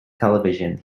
television